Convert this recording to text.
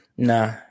Nah